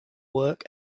work